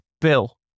Bill